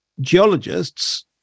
geologists